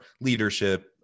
leadership